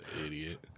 idiot